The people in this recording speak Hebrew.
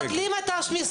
הזה מבטלים משחקים.